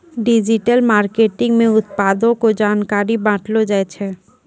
digital marketing मे उत्पादो के जानकारी बांटलो जाय छै